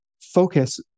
focus